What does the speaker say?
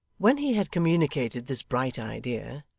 when he had communicated this bright idea,